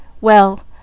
Well